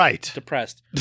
depressed